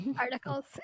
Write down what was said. articles